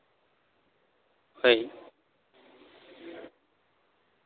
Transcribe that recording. ᱦᱳᱭ